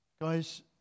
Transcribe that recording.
Guys